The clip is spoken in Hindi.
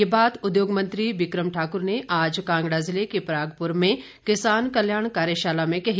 ये बात उद्योग मंत्री बिक्रम ठाकुर ने आज कांगड़ा जिले के परागपुर में किसान कल्याण कार्यशाला में कही